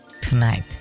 tonight